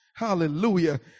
Hallelujah